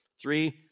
Three